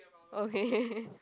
okay